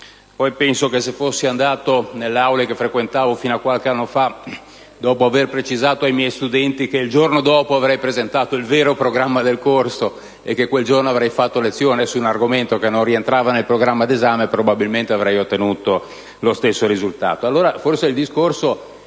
Penso che se fossi andato nelle aule che frequentavo fino a qualche anno fa, dopo aver precisato ai miei studenti che il giorno dopo avrei presentato il vero programma del corso e che quel giorno avrei fatto lezione su un argomento che non rientrava nel programma d'esame, probabilmente avrei ottenuto lo stesso risultato.